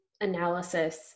analysis